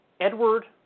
Edward